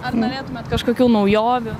ar norėtumėt kažkokių naujovių